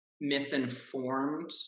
misinformed